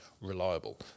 reliable